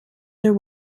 there